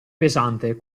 pesante